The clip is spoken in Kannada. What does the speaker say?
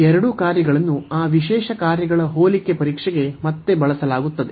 ಈ ಎರಡು ಕಾರ್ಯಗಳನ್ನು ಆ ವಿಶೇಷ ಕಾರ್ಯಗಳ ಹೋಲಿಕೆ ಪರೀಕ್ಷೆಗೆ ಮತ್ತೆ ಬಳಸಲಾಗುತ್ತದೆ